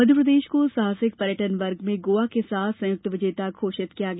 मध्यप्रदेश को साहसिक पर्यटन वर्ग में गोआ के साथ संयुक्त विजेता घोषित किया गया